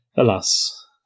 Alas